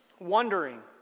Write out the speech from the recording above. wondering